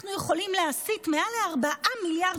אנחנו יכולים להסיט מעל ל-4 מיליארד